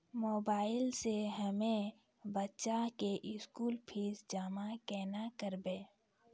Mobile से हम्मय बच्चा के स्कूल फीस जमा केना करबै?